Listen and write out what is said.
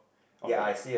of the basket